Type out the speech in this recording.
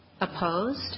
Opposed